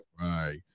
Right